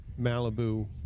Malibu